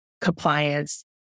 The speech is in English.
compliance